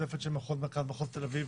לגבי דיור למשתכן שיש מעקב של רמ"י עליו.